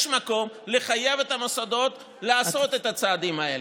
יש מקום לחייב את המוסדות לעשות את הצעדים האלה.